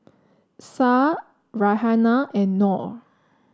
Syah Raihana and Nor